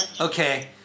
okay